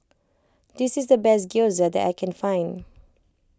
this is the best Gyoza that I can find